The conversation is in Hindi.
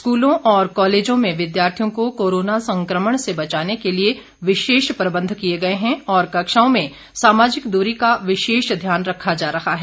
स्कूलों और कॉलेजों में विद्यार्थियों को कोरोना संक्रमण से बचाने के लिए विशेष प्रबंध किए गए हैं और कक्षाओं में सामाजिक दूरी का विशेष ध्यान रखा जा रहा है